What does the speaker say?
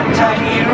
tiny